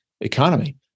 economy